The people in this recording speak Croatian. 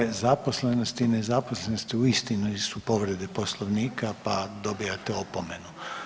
Stope zaposlenosti i nezaposlenosti uistinu nisu povrede Poslovnika, pa dobivate opomenu.